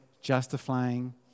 justifying